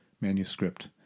manuscript